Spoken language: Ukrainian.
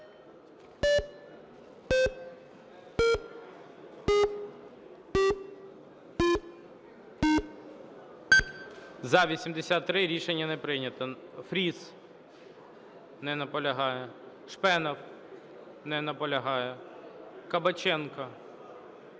За-83 Рішення не прийнято. Фріс. Не наполягає. Шпенов. Не наполягає. Кабаченко?